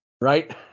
Right